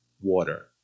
water